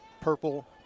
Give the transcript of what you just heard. purple